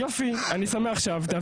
יופי, אני שמח שאהבת.